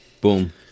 boom